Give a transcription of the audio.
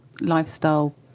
lifestyle